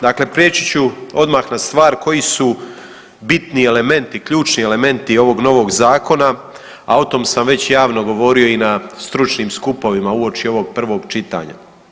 Dakle, prijeći ću odmah na stvar koji su bitni elementi, ključni elementi ovog novog zakona, a o tom sam već javno govorio i na stručnim skupovima uoči ovog prvog čitanja.